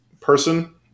person